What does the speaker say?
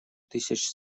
тысяч